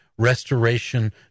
restoration